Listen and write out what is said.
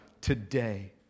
today